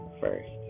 first